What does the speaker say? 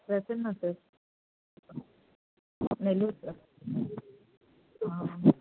Prasanna sir Nellore sir